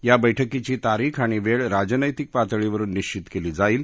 या बैठकीची तारीख आणि वेळ राजनैतिक पातळीवरुन निश्चित केली जाईल